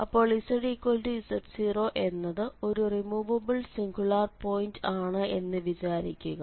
അപ്പോൾ zz0 എന്നത് ഒരു റിമൂവബിൾ സിംഗുലാർ പോയിന്റ് ആണ് എന്ന് വിചാരിക്കുക